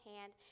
hand